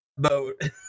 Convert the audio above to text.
Boat